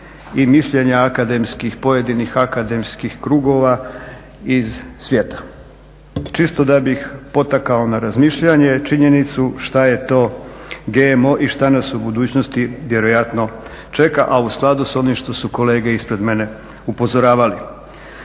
i mišljenja akademskih, pojedinih akademskih krugova iz svijeta. Čisto da bih potakao na razmišljanje činjenicu šta je to GMO i šta nas u budućnosti vjerojatno čeka a u skladu sa onim što su kolege ispred mene upozoravali.